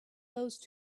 those